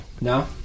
No